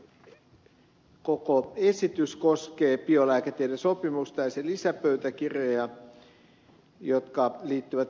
tämä koko esitys koskee biolääketiedesopimusta ja sen lisäpöytäkirjoja jotka liittyvät euroopan neuvoston yhteistyöhön